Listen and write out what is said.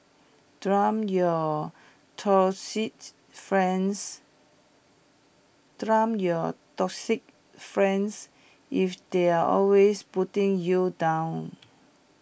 dump your toxic friends dump your toxic friends if they're always putting you down